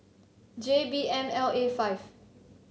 J B M L A five